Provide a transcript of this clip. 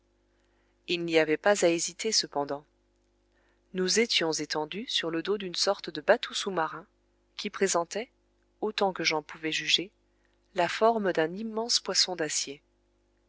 il n'y avait pas à hésiter cependant nous étions étendus sur le dos d'une sorte de bateau sous-marin qui présentait autant que j'en pouvais juger la forme d'un immense poisson d'acier